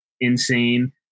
insane